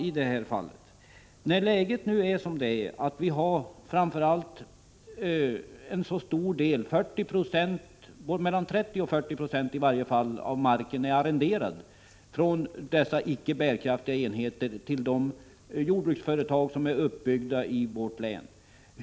Nu är läget sådant att åtminstone 30-40 96 av marken är arrenderad från de icke bärkraftiga enheterna till de jordbruksföretag som byggts upp i vårt län.